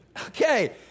Okay